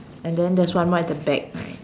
and then there's one more at the back right